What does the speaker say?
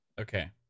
Okay